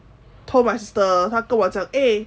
told my sister 他跟我讲 eh